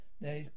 Now